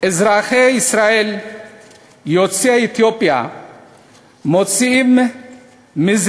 אזרחי ישראל יוצאי אתיופיה נמצאים זה